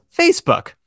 Facebook